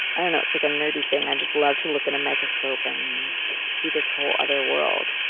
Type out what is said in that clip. i don't know, it's like a nerdy thing. i just love to look in a microscope and see this whole other world,